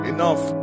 Enough